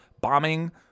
bombing